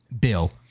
Bill